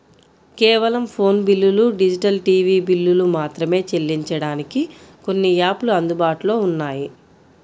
కేవలం ఫోను బిల్లులు, digital TV బిల్లులు మాత్రమే చెల్లించడానికి కొన్ని యాపులు అందుబాటులో ఉన్నాయి